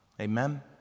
Amen